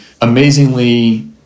amazingly